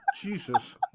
Jesus